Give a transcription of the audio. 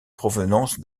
provenance